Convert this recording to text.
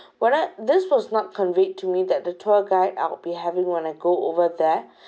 what I this was not conveyed to me that the tour guide I'd be having when I go over there